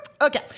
Okay